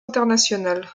internationale